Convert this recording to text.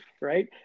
right